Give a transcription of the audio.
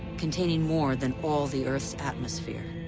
containing more than all the earth's atmosphere.